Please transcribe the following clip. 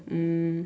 um